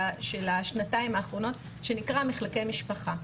בשנה-שנתיים האחרונות שנקרא מחלקי משפחה.